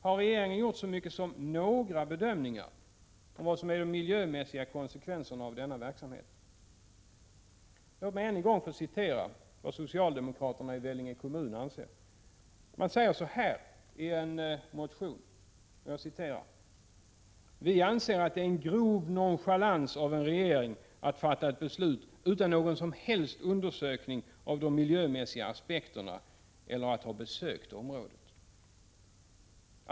Har regeringen över huvud taget gjort några bedömningar av de miljömässiga konsekvenserna av denna verksamhet? Låt mig än en gång återge vad socialdemokraterna i Vellinge kommun anser. Man säger så här i en motion: Vi anser att det är en grov nonchalans av en regering att fatta ett beslut utan någon som helst undersökning av de miljömässiga aspekterna eller utan att ha besökt området.